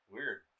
Weird